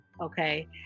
okay